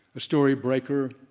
a story breaker,